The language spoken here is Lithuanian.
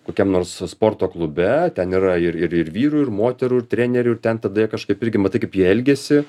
kokiam nors sporto klube ten yra ir ir ir vyrų ir moterų ir trenerių ir ten tada jie kažkaip irgi matai kaip jie elgiasi